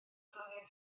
flwyddyn